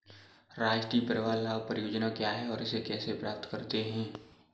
राष्ट्रीय परिवार लाभ परियोजना क्या है और इसे कैसे प्राप्त करते हैं?